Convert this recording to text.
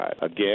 Again